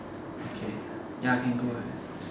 okay ya can go right